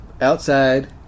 outside